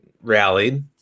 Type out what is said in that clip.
rallied